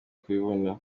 kubibona